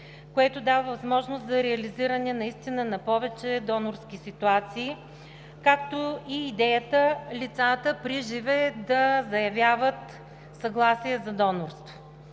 което дава възможност за реализиране на повече донорски ситуации, както и идеята лицата приживе да заявяват съгласие за донорство.